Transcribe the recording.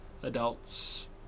adults